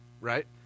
right